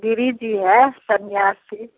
गिरी जी है सन्यासी